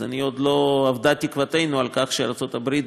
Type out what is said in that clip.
אז עוד לא אבדה תקוותנו לכך שארצות הברית,